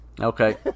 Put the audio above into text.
Okay